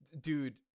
dude